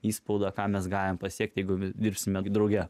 įspaudą ką mes galime pasiekti jeigu dirbsime drauge